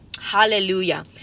hallelujah